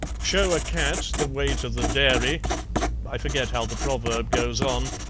show a cat the way to the dairy i forget how the proverb goes on,